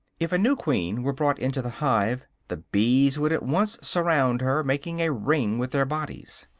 if a new queen were brought into the hive, the bees would at once surround her, making a ring with their bodies.